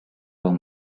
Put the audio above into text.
were